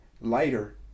lighter